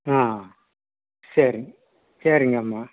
ஆ சரி சரிங்கம்மா